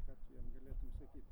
ką tu jiem galėtum sakyt